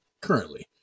currently